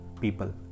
people